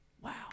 wow